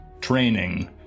training